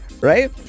Right